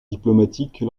diplomatique